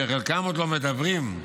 שחלקם עוד לא מדברים.